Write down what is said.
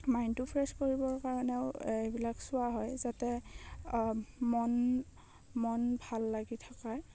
মাইণ্ডটো ফ্ৰেছ কৰিবৰ কাৰণেও এইবিলাক চোৱা হয় যাতে মন মন ভাল লাগি থকায়